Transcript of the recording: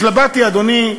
התלבטתי, אדוני,